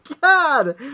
God